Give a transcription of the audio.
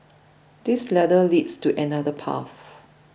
this ladder leads to another path